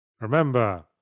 Remember